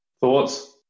Thoughts